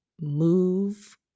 move